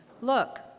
look